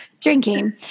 drinking